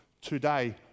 today